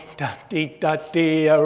da de, da, de. ah